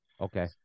Okay